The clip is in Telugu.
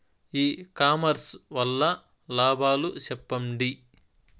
ఇ కామర్స్ వల్ల లాభాలు సెప్పండి?